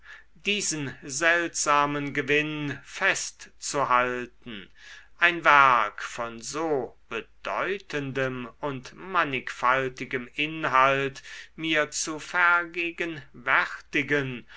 diesen seltsamen gewinn festzuhalten ein werk von so bedeutendem und mannigfaltigem inhalt mir zu vergegenwärtigen